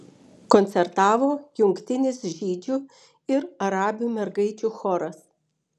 koncertavo jungtinis žydžių ir arabių mergaičių choras